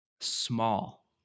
Small